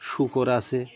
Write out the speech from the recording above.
শূকর আছে